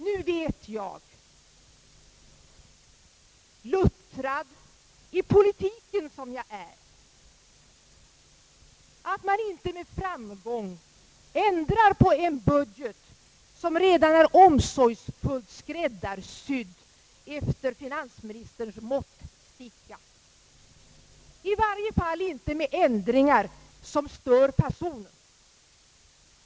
Nu vet jag, luttrad i politiken som jag är, att man inte med framgång ändrar på en budget, som redan är omsorgsfullt skräddarsydd efter finansministerns egen måttsticka, i varje fall inte med ändringar som stör fasonen.